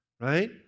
right